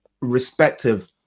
respective